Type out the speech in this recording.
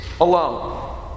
alone